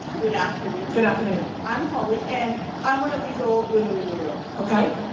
good afternoon. good afternoon. i'm holly and i'm one of these old women in the room. okay.